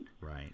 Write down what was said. Right